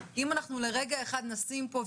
אם אנחנו לרגע אחד נשים פה,